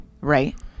Right